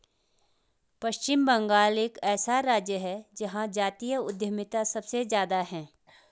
पश्चिम बंगाल एक ऐसा राज्य है जहां जातीय उद्यमिता सबसे ज्यादा हैं